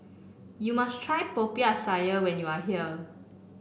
you must try Popiah Sayur when you are here